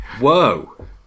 Whoa